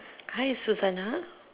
hi Susana